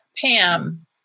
Pam